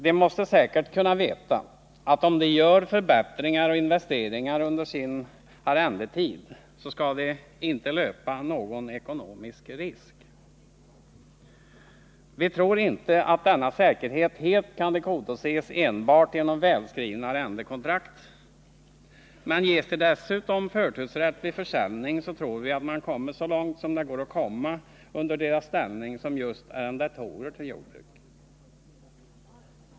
De måste säkert kunna veta att om de gör förbättringar och investeringar under sin arrendetid så skall de inte löpa någon ekonomisk risk. Vi tror inte att denna säkerhet helt kan tillgodoses enbart genom välskrivna arrendekontrakt. Men ges de dessutom förtursrätt vid försäljning tror vi att man kommit så långt det går att komma under deras ställning som just arrendatorer av jordbruk.